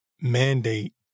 mandate